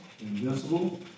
Invisible